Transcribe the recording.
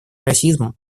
расизмом